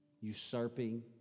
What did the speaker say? usurping